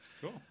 Cool